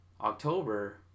October